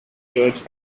church